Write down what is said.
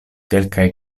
kelkaj